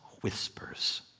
whispers